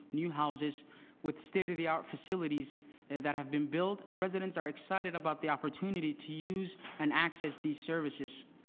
new houses with state of the art facilits that have been built and residents are excited about the opportunity to use and access these services.